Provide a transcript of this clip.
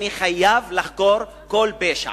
אני חייב לחקור כל פשע,